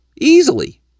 easily